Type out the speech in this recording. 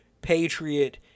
Patriot